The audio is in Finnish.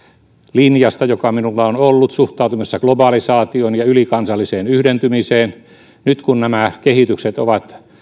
linjasta joka minulla on ollut suhtautumisessa globalisaatioon ja ylikansalliseen yhdentymiseen nyt kun nämä kehitykset ovat